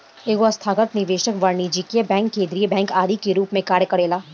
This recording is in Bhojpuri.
एगो संस्थागत निवेशक वाणिज्यिक बैंक केंद्रीय बैंक आदि के रूप में कार्य करेला